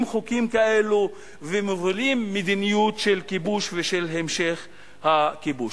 חוקים כאלו ומובילים מדיניות של כיבוש ושל המשך הכיבוש.